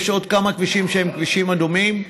יש עוד כמה כבישים שהם כבישים אדומים,